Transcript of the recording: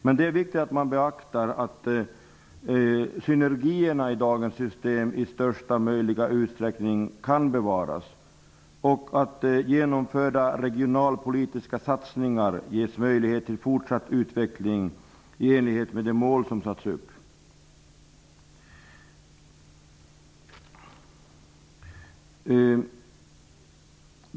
Men det är viktigt att man beaktar att synergierna i dagens system i största möjliga utsträckning kan bevaras och att genomförda regionalpolitiska satsningar ges möjlighet till fortsatt utveckling i enlighet med de mål som har satts upp.